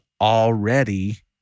already